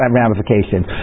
ramifications